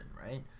right